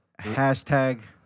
hashtag